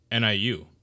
NIU